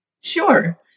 Sure